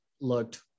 looked